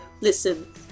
Listen